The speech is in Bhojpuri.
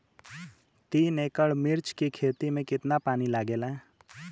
तीन एकड़ मिर्च की खेती में कितना पानी लागेला?